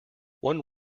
one